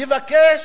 יבקש,